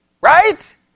Right